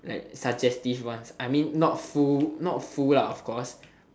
like suggestive ones like not full not full lah of course